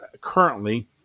currently